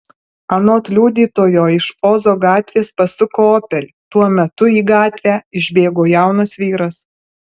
anot liudytojo iš ozo gatvės pasuko opel tuo metu į gatvę išbėgo jaunas vyras